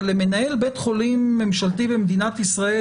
אבל למנהל בית חולים ממשלתי במדינת ישראל,